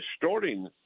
distorting